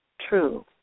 True